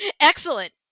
Excellent